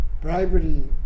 bribery